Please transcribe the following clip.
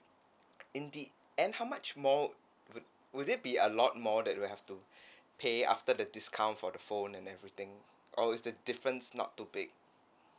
in the end how much more would would it be a lot more that we'll have to pay after the discount for the phone and everything or is the difference not too big